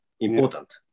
important